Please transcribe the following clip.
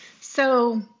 So-